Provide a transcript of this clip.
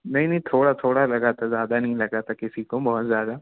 नहीं नहीं थोड़ा थोड़ा लगा था ज़्यादा नहीं लगा था किसी को बहुत ज़्यादा